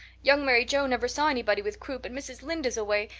young mary joe never saw anybody with croup and mrs. lynde is away.